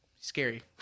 scary